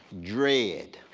dread,